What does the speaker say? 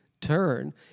turn